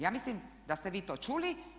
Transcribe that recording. Ja mislim da ste vi to čuli.